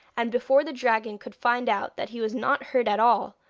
and before the dragon could find out that he was not hurt at all,